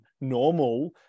normal